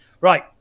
Right